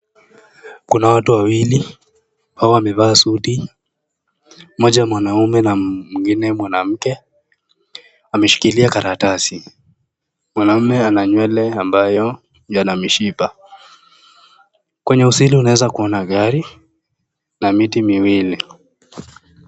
Kuna watu wawili hawa wamevaa suti mmoja mwanaume na mwingine mwanamke ameshikilia karatasi. Mwanaume ana nywele ambayo yana mshito ,kwenye uzeli unaeza kuona gari na miti miwili.